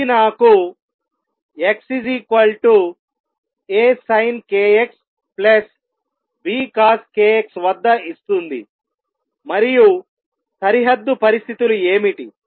ఇది నాకు x A sin k x B cos k x వద్ద ఇస్తుంది మరియు సరిహద్దు పరిస్థితులు ఏమిటి